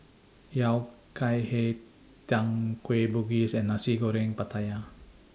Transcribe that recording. Yao Cai Hei Tang Kueh Bugis and Nasi Goreng Pattaya